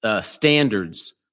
standards